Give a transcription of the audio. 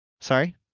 sorry